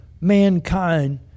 mankind